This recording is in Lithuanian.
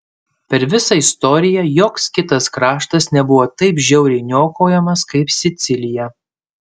per visą istoriją joks kitas kraštas nebuvo taip žiauriai niokojamas kaip sicilija